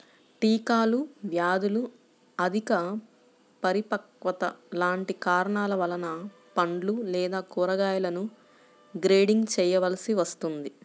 కీటకాలు, వ్యాధులు, అధిక పరిపక్వత లాంటి కారణాల వలన పండ్లు లేదా కూరగాయలను గ్రేడింగ్ చేయవలసి వస్తుంది